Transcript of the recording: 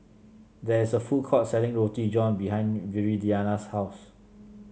there is a food court selling Roti John behind Viridiana's house